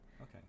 Okay